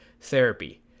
therapy